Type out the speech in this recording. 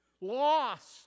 lost